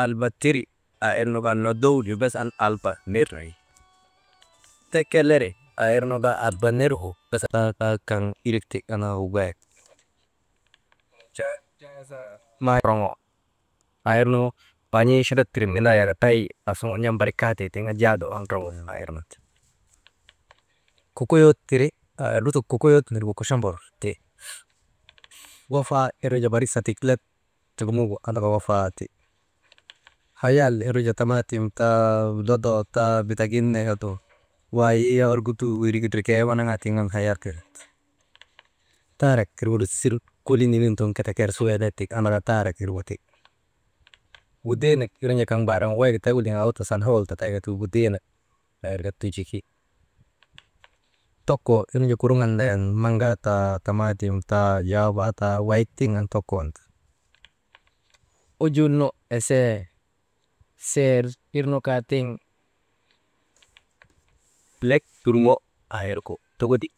Alba tiri aa irnu kaa nodow gu bes an alba nir, tekeleri aa irnu kaa alba nirgu bes an bes «hesitation» tay orŋo aa irnu man̰ii chatat siren nindaa wika tay aasuŋun barik n̰aaman kaatee tiŋ an jaada ondroŋo aa irnu ti kokoyot tiri, «hesitation» lutok kokoyot nirgu kochombor ti, Wafaa irnu jaa barik satik let tirŋogu an Wafaa ti, haya irnu jaa tamaatim taa lodoo taa, bitagin nagu dum waayii yak orkutuu tiŋ an hayat nu ti, taarak irgu sirik kolii niniŋtuu nu keteker su eelek tik andaka taarak irgu ti. Wideenak irnu jaa kaŋ mbaar wawayka tegu liŋaagu tasan owol tatayka ti wigidenak aa wirka tujiki, tokkoo irnu jaa kuruŋan ndayan maŋgaa taa tamaatim taa jiyafaa taa wayik tiŋ an tokon ti, ujunlnu esee seer irnu kaa tiŋ, lek turŋo aa irgu dogodik,